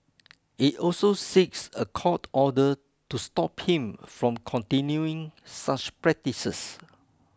it also seeks a court order to stop him from continuing such practices